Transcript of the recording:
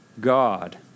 God